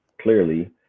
clearly